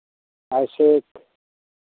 ICSE